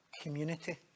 community